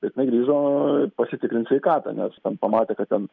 bet jinai grįžo pasitikrint sveikatą nes ten pamatė kad ten